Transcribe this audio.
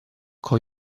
con